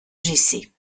jessé